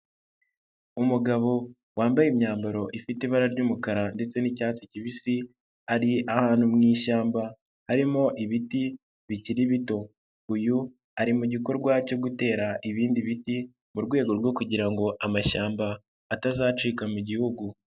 Umugabo wambaye imyambaro ifite ibara ry'umukara ndetse n'icyatsi kibisi, ari ahantu mu ishyamba harimo ibiti bikiri bito, uyu ari mu gikorwa cyo gutera ibindi biti, mu rwego rwo kugira ngo amashyamba atazacika mu igihugu.